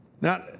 Now